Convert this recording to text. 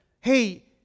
hey